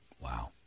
Wow